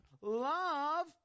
love